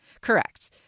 Correct